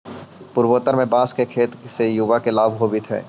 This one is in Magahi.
पूर्वोत्तर में बाँस के खेत से युवा के लाभ होवित हइ